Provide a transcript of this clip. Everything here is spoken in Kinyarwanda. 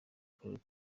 karere